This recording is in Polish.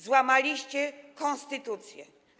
Złamaliście konstytucję.